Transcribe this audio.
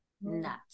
nuts